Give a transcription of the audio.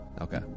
Okay